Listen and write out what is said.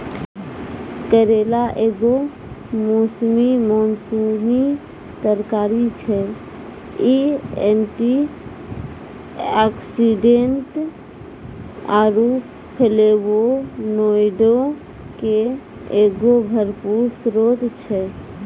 करेला एगो मौसमी मानसूनी तरकारी छै, इ एंटीआक्सीडेंट आरु फ्लेवोनोइडो के एगो भरपूर स्त्रोत छै